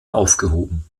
aufgehoben